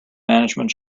management